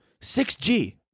6G